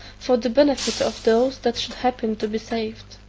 for the benefit of those that should happen to be saved.